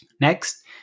Next